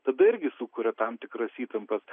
tada irgi sukuria tam tikras įtampas